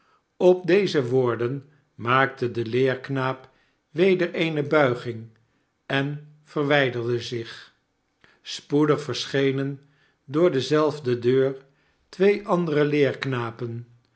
op deze woorden maakte de leerknaap weder eene buiging en verwijderde zich spoedig verschenen door dezelfde deur twee andere